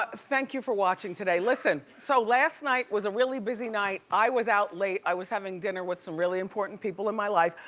ah thank you for watching today. listen, so last night was a really busy night. i was out late, i was having dinner with some really important people in my life.